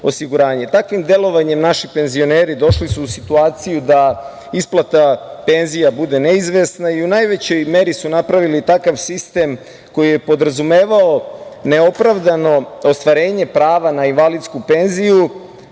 delovanjem naši penzioneri došli su u situaciju da isplata penzija bude neizvesna i u najvećoj meri su napravili takav sistem koji je podrazumevao neopravdano ostvarenje prava na invalidsku penziju,